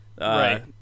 Right